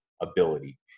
ability